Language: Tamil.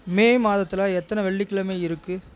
மே மாதத்தில் எத்தன வெள்ளிக்கிழமை இருக்கு